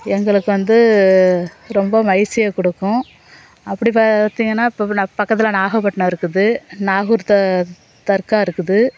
எங்களுக்கு வந்து ரொம்ப மகிழ்ச்சியை கொடுக்கும் அப்படி பார்த்திங்கன்னா இப்போ பக்கத்தில் நாகப்பட்டினம் இருக்குது நாகூர் தர் தர்கா இருக்குது